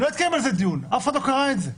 לא התקיים עליהם דיון, אף אחד לא קרא את זה.